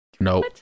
No